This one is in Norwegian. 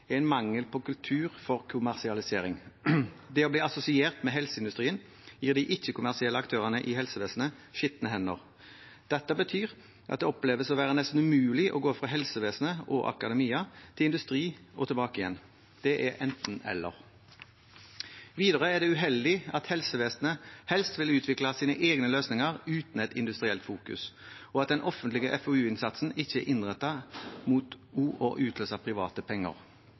en norsk helseindustri er mangel på kultur for kommersialisering. Det å bli assosiert med helseindustrien gir de ikke-kommersielle aktørene i helsevesenet skitne hender. Dette betyr at det oppleves å være nesten umulig å gå fra helsevesenet og akademia til industri og tilbake igjen. Det er enten–eller. Videre er det uheldig at helsevesenet helst vil utvikle sine egne løsninger, uten et industrielt fokus, og at den offentlige FoU-innsatsen ikke er innrettet mot også å utløse private penger.